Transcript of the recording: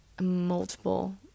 multiple